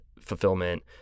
fulfillment